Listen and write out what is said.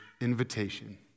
invitation